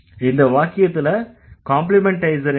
இந்த வாக்கியத்துல காம்ப்ளிமண்டைசர் என்ன